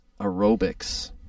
aerobics